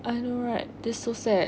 I know right that's so sad